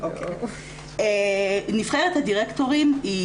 נבחרת הדירקטורים היא